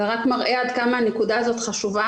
זה רק מראה עד כמה הנקודה הזאת חשובה